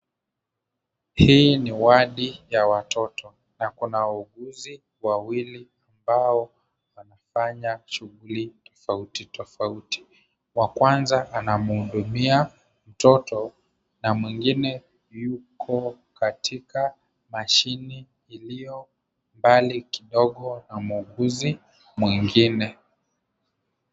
Hii ni wadi ya watoto, na kuna wauguzi wawili ambao wanafanya shughuli tofauti tofauti. Wa kwanza anamuhudumia mtoto na mwingine yuko katika mashini iliyo mbali kidogo na muuguzi mwingine.